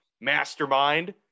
mastermind